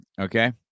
okay